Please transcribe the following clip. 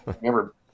Remember